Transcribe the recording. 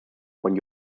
von